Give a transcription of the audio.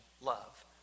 love